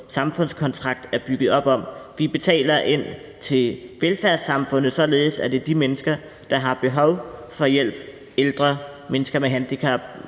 samfundskontrakt er bygget op om. Vi betaler ind til velfærdssamfundet, således at de mennesker, der har behov for hjælp, ældre, mennesker med handicap,